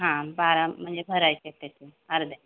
हां बारा म्हणजे भरायचेत त्याचे अर्ध्या